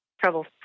trouble